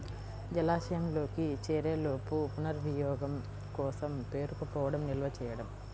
జలాశయంలోకి చేరేలోపు పునర్వినియోగం కోసం పేరుకుపోవడం నిల్వ చేయడం